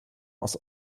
aus